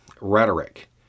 rhetoric